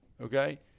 okay